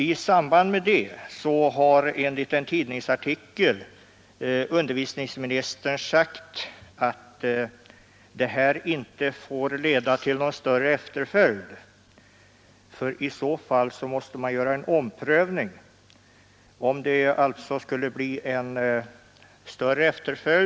I samband därmed har enligt en tidningsartikel utbildningsministern sagt att det här inte får leda till någon större efterföljd; i så fall måste man göra en omprövning av grundskolans religionsundervisning.